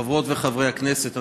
חברות וחברי הכנסת,